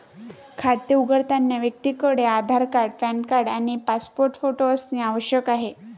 खाते उघडताना व्यक्तीकडे आधार कार्ड, पॅन कार्ड आणि पासपोर्ट फोटो असणे आवश्यक आहे